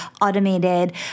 automated